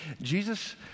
Jesus